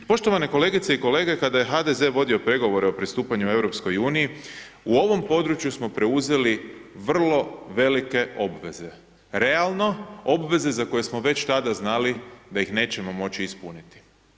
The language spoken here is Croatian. Poštovane kolegice i kolege, kada je HDZ vodio pregovore o pristupanju EU, u ovom području smo preuzeli vrlo velike obveze, realno, obveze za koje smo već tada znali da ih nećemo moći ispuniti.